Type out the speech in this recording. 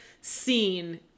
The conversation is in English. scene